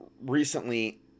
recently